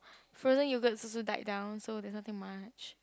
frozen yoghurts also dies down so there's nothing much